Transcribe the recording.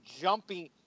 jumping